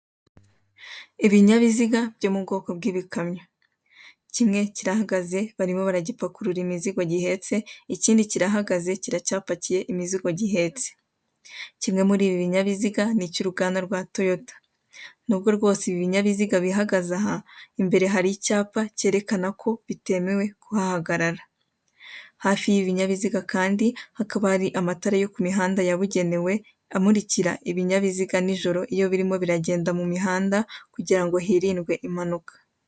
Ibinyabiziga byo mu bwoko bw'ibikamyo. Kimwe kirahagaze barimo baragipakurura imizigo gihetse, ikindi kirahagaze kiracyapakiye imizigo gihetse. Kimwe muri ibi binyabiziga ni icyo uruganda rwa Toyota. Nubwo rwose bihagaze aha, imbere hari icyapa kigaragaza ko bitemewe kuhahagara.